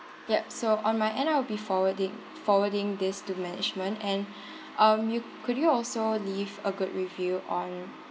yup so on my end I will be forwarding forwarding this to management and um you could you also leave a good review on